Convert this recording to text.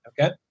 okay